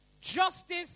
justice